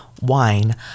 wine